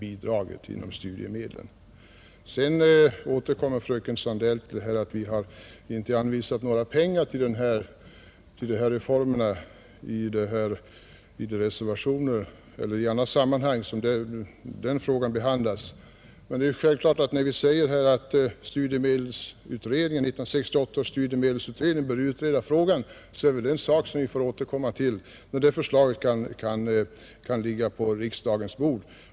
Fröken Sandell återkommer sedan till att vi inte anvisat några pengar till denna reform. Men när vi i reservationen föreslår att 1968 års studiemedelsutredning bör få i uppdrag att se över denna fråga är det självklart att vi avser att riksdagen får återkomma till den saken när utredningens förslag ligger på riksdagens bord.